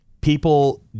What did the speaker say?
people